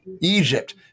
Egypt